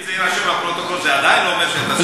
אם זה יירשם בפרוטוקול זה עדיין לא אומר שאתה צודק.